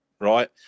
Right